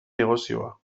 negozioa